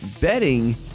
betting